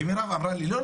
ומירב אמרה לי לא,